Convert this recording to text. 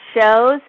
shows